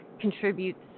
contributes